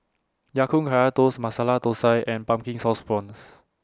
Ya Kun Kaya Toast Masala Thosai and Pumpkin Sauce Prawns